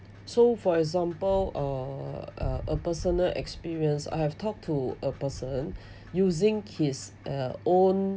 so for example a~ a personal experience I've talked to a person using his uh own